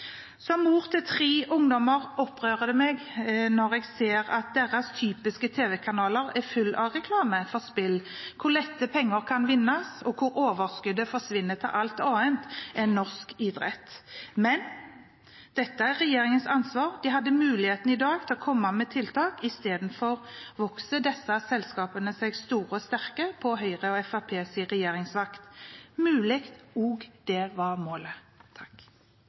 Som mor til tre ungdommer opprører det meg når jeg ser at deres typiske tv-kanaler er fulle av reklame for spill, hvor lett spill kan vinnes, og hvor overskuddet forsvinner til alt annet enn norsk idrett. Men dette er regjeringens ansvar. De hadde i dag mulighet til å komme med tiltak, i stedet vokser disse selskapene seg store og sterke på Høyre og Fremskrittspartiets regjeringsvakt, muligens var det også målet.